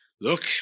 Look